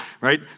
Right